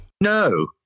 No